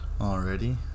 Already